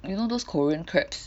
you know those Korean crabs